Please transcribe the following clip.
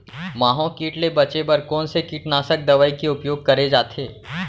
माहो किट ले बचे बर कोन से कीटनाशक दवई के उपयोग करे जाथे?